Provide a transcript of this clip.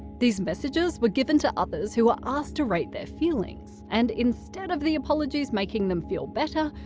these messages were given to others who were asked to rate their feelings. and instead of the apologies making them feel better,